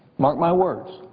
mark my words,